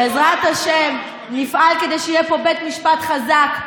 בעזרת השם נפעל כדי שיהיה פה בית משפט חזק,